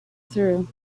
through